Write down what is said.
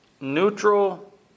neutral